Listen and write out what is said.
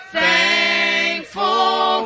thankful